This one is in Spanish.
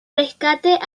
rescate